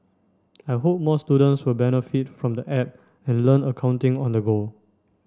I hope more students will benefit from the App and learn accounting on the go